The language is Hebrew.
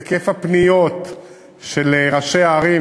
את היקף הפניות של ראשי הערים,